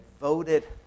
voted